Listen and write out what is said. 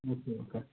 okay okay